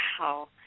Wow